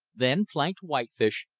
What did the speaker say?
then planked whitefish,